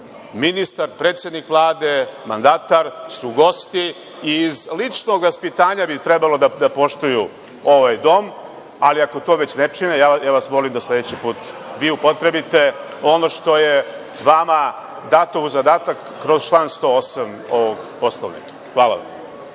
Ministar, predsednik Vlade, mandatar su gosti i iz ličnog vaspitanja bi trebalo da poštuju ovaj dom. Ali, ako to već ne čine, ja vas molim da sledeći put vi upotrebite ono što je vama dato u zadatak kroz član 108. ovog Poslovnika. Hvala